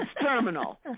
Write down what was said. terminal